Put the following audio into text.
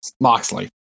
Moxley